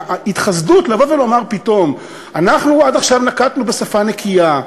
ההתחסדות לבוא ולומר פתאום: אנחנו עד עכשיו נקטנו שפה נקייה,